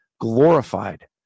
glorified